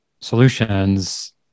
solutions